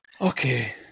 okay